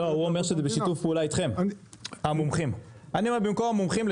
אני אומר במקום המומחים,